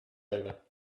over